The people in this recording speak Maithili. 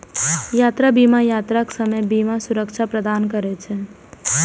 यात्रा बीमा यात्राक समय बीमा सुरक्षा प्रदान करै छै